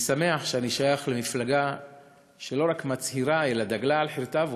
אני שמח שאני שייך למפלגה שלא רק מצהירה אלא גם חרתה על